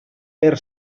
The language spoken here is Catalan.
per